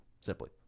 Simply